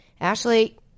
Ashley